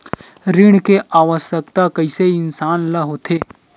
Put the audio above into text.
ऋण के आवश्कता कइसे इंसान ला होथे?